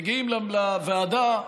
מגיעים לוועדה,